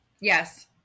Yes